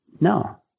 No